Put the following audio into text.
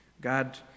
God